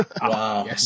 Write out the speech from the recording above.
Wow